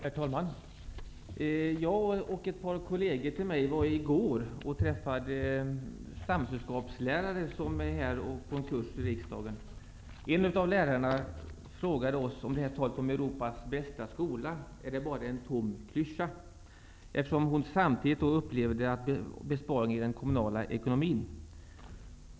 Herr talman! Jag och ett par kolleger var i går och träffade lärare i samhällsorientering vilka är på kurs i riksdagen. En av lärarna frågade oss om inte det här talet om Europas bästa skola bara är ''en tom klyscha'', eftersom hon samtidigt upplever besparingar i den kommunala ekonomin.